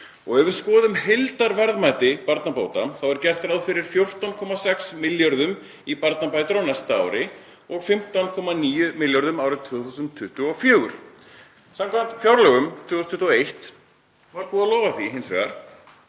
Ef við skoðum heildarverðmæti barnabóta þá er gert ráð fyrir 14,6 milljörðum í barnabætur á næsta ári og 15,9 milljörðum árið 2024. Samkvæmt fjárlagafrumvarpi 2021 var hins vegar